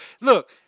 Look